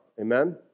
amen